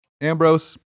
Ambrose